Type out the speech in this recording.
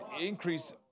increase